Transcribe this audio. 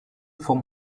from